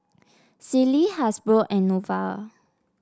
Sealy Hasbro and Nova